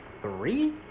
three